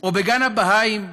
או בגן הבהאים?